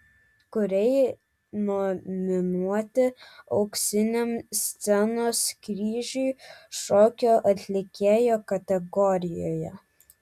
kūrėjai nominuoti auksiniam scenos kryžiui šokio atlikėjo kategorijoje